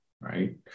right